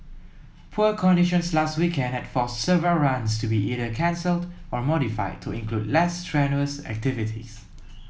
poor conditions last weekend had forced several runs to be either cancelled or modified to include less strenuous activities